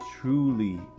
truly